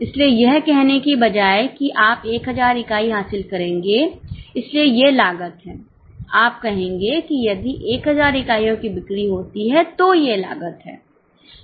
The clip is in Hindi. इसलिए यह कहने के बजाय कि आप 1000 इकाई हासिल करेंगे इसलिए ये लागत हैं आप कहेंगे कि यदि 1000 इकाइयों की बिक्री होती है तो ये लागत हैं